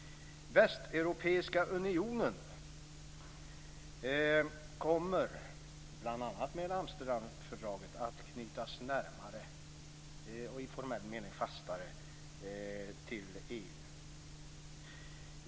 Västeuropeiska unionen kommer, bl.a. med Amsterdamfördraget, att knytas närmare och i formell mening fastare till EU.